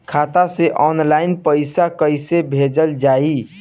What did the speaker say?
खाता से ऑनलाइन पैसा कईसे भेजल जाई?